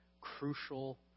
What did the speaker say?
crucial